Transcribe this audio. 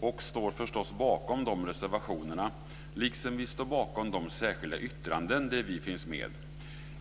och står förstås bakom de reservationerna, liksom vi står bakom de särskilda yttranden där vi finns med.